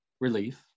relief